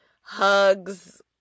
hugs